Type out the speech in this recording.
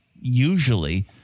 usually